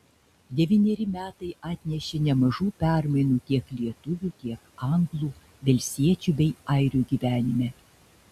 devyneri metai atnešė nemažų permainų tiek lietuvių tiek anglų velsiečių bei airių gyvenime